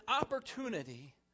opportunity